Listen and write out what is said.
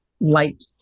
light